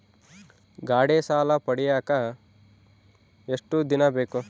ಗಾಡೇ ಸಾಲ ಪಡಿಯಾಕ ಎಷ್ಟು ದಿನ ಬೇಕು?